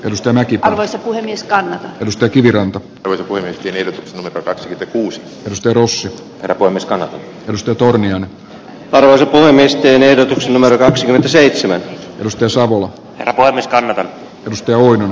ristimäki pääsi niskan edustaja kiviranta velkojat eivät ole päässeet kuusi russel voimistavat nostotorni on tarjota myös tiedotusnumero kaksikymmentäseitsemän dusty samu varmistaneen piste on